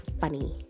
funny